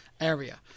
area